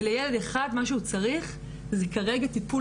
ולילד אחד מה שהוא צריך זה כרגע טיפול